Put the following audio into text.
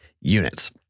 units